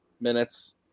minutes